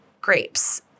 grapes